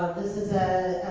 this is a